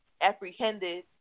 apprehended